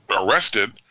arrested